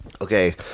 Okay